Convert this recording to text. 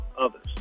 others